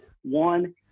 One